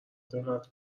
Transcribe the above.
دقت